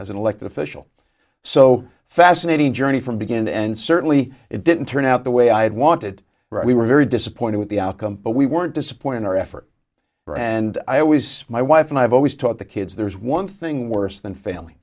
as an elected official so fascinating journey from beginning to end certainly it didn't turn out the way i had wanted where we were very disappointed with the outcome but we weren't disappointing our effort and i always my wife and i have always taught the kids there is one thing worse than family